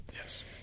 Yes